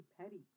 petty